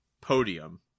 podium